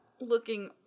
looking